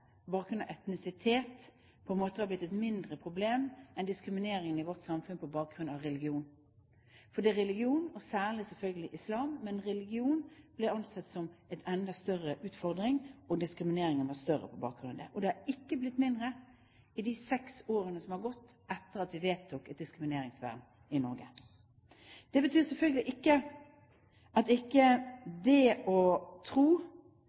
etnisitet, på en måte var blitt et mindre problem enn diskrimineringen i vårt samfunn på bakgrunn av religion. For det er religion – og særlig selvfølgelig islam – som blir ansett som en enda større utfordring, og diskrimineringen har vært større på bakgrunn av det, og har ikke blitt mindre i de seks årene som har gått etter at vi vedtok et diskrimineringsvern i Norge. Det å tro, det å velge å leve et liv ved å følge sin egen tro